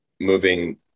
Moving